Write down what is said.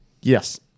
Yes